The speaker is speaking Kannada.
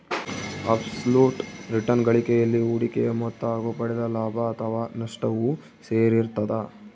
ಅಬ್ಸ್ ಲುಟ್ ರಿಟರ್ನ್ ಗಳಿಕೆಯಲ್ಲಿ ಹೂಡಿಕೆಯ ಮೊತ್ತ ಹಾಗು ಪಡೆದ ಲಾಭ ಅಥಾವ ನಷ್ಟವು ಸೇರಿರ್ತದ